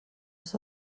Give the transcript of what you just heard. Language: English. was